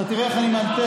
אתה תראה איך אני מאלתר,